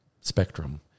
spectrum